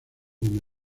con